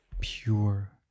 pure